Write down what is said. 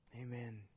Amen